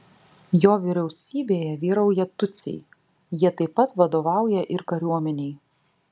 jo vyriausybėje vyrauja tutsiai jie taip pat vadovauja ir kariuomenei